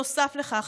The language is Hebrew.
נוסף לכך,